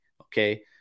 okay